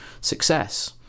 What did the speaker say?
success